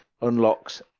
unlocks